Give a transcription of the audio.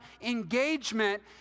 engagement